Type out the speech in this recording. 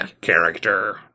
character